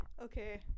Okay